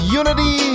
unity